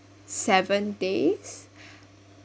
seven days